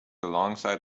alongside